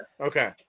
Okay